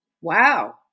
wow